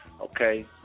Okay